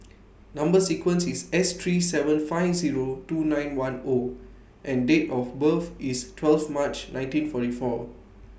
Number sequence IS S three seven five Zero two nine one O and Date of birth IS twelve March nineteen forty four